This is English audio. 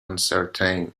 uncertain